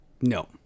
No